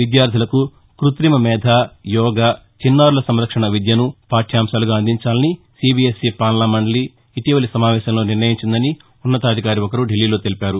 విద్యార్దులకు క్బతిమ మేథ యోగ చిన్నారుల సంరక్షణ విద్యను పాఠ్యాంశాలుగా అందించాలని సీబీఎస్ఈ పాలనామండలి ఇటీవలి సమావేశంలో నిర్ణయించిందని ఉన్నతాధికారి ఒకరు దిల్లీలో తెలిపారు